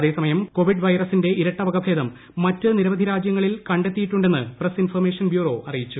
അതേസമയം ്കോവിഡ് വൈറസിന്റെ ഇരട്ട വകഭേദം മറ്റ് നിരവധി രാജ്യങ്ങളിൽ കണ്ടെത്തിയിട്ടുണ്ടെന്ന് പ്രസ് ഇൻഫർമേഷൻ ബ്യൂറോ അറിയിച്ചു